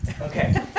Okay